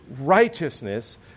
righteousness